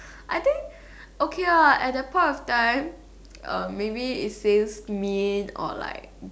I think okay lah at that point of time uh maybe it seems mean or like